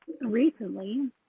recently